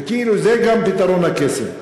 כאילו זה גם פתרון הקסם.